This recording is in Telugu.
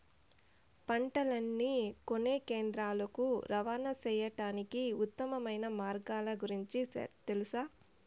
పంటలని కొనే కేంద్రాలు కు రవాణా సేయడానికి ఉత్తమమైన మార్గాల గురించి తెలుసా?